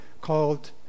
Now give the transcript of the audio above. called